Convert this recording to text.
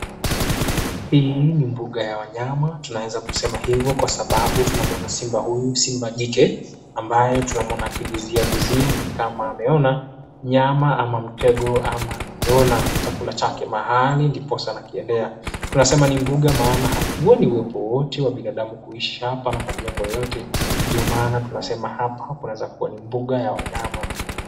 Hii ni mbuga ya wanyama. Tunaweza kusema hivyo kwa sababu tunamuona Simba huyu, Simba jike ambaye tunamuona akibizia vizia na ni kama ameona nyama ama mtego ama ameona chakula chake mahali ndiposa anakiendea. Tunasema ni mbuga maana hatuoni uwepo wowote wa binadamu kuishi hapa ama majengo yoyote, ndio maana tunasema hapa kunaweza kuwa ni mbuga ya wanyama.